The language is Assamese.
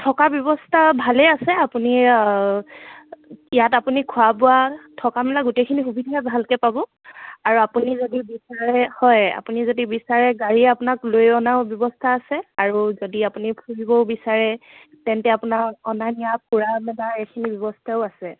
থকা ব্যৱস্থা ভালেই আছে আপুনি ইয়াত আপুনি খোৱা বোৱা থকা মেলা গোটেইখিনি সুবিধাই ভালকৈ পাব আৰু আপুনি যদি বিচাৰে হয় আপুনি যদি বিচাৰে গাড়ীৰে আপোনাক লৈ অনাৰো ব্যৱস্থা আছে আৰু যদি আপুনি ফুৰিবও বিচাৰে তেন্তে আপোনাৰ অনা নিয়া ফুৰা মেলা এইখিনি ব্যৱস্থাও আছে